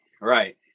right